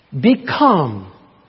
Become